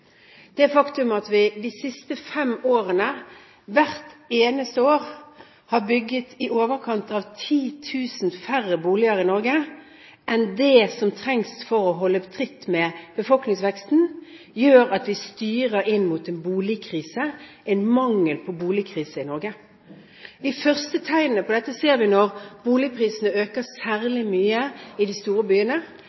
Det faktum at vi de siste fem årene hvert eneste år har bygget i overkant av 10 000 færre boliger i Norge enn det som trengs for å holde tritt med befolkningsveksten, gjør at vi styrer mot en boligkrise, en mangel på boliger i Norge. De første tegnene på dette ser vi når boligprisene øker